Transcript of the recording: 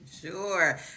Sure